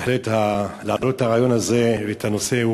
בהחלט חשוב להעלות את הרעיון הזה, את הנושא.